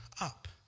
up